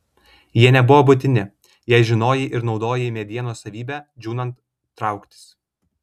jie nebuvo būtini jei žinojai ir naudojai medienos savybę džiūnant trauktis